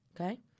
okay